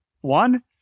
One